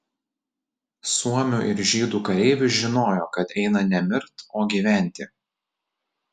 suomių ir žydų kareivis žinojo kad eina ne mirt o gyventi